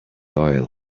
oil